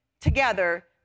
together